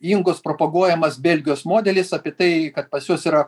ingos propaguojamas belgijos modelis apie tai kad pas juos yra